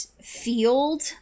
field